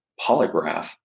polygraph